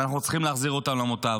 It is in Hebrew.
ואנחנו צריכים להחזיר אותם למוטב.